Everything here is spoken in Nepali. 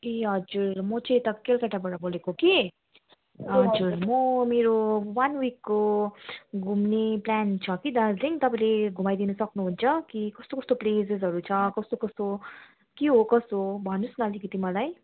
ए हजुर म चाहिँ यता केलकेटाबाट बोलेको कि हजुर म मेरो वन विकको घुम्ने प्लान छ कि दार्जिलिङ तपाईँले घुमाइदिनु सक्नुहुन्छ कि कस्तो कस्तो प्लेसेजहरू छ कस्तो कस्तो के हो कसो हो भन्नुहोस् न अलिकति मलाई